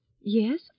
Yes